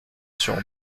sur